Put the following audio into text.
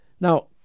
Now